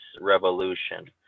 revolution